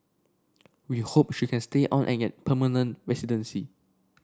we hope she can stay on and get permanent residency